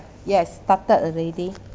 yes started already